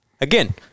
again